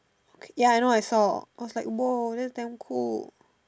okay I know I saw I was like !whoa! that's damn cool